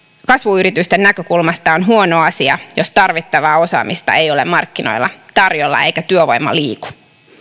kasvuyritysten näkökulmasta on huono asia jos tarvittavaa osaamista ei ole markkinoilla tarjolla eikä työvoima liiku